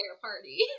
party